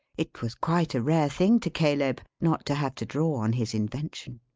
it was quite a rare thing to caleb, not to have to draw on his invention.